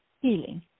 Healing